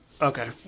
Okay